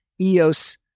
EOS